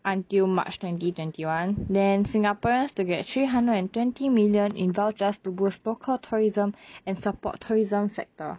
until march twenty twenty one then singaporeans to get three hundred and twenty million in vouchers to boost local tourism and support tourism sector